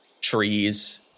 trees